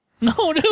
No